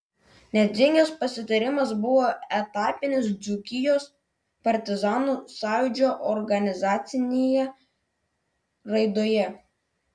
nedzingės pasitarimas buvo etapinis dzūkijos partizanų sąjūdžio organizacinėje raidoje